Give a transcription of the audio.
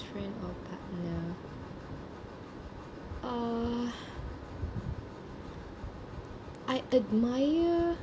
friend or partner ya uh I admire